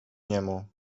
niemu